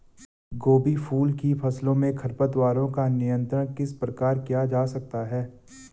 गोभी फूल की फसलों में खरपतवारों का नियंत्रण किस प्रकार किया जा सकता है?